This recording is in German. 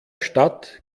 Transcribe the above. stadt